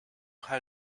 how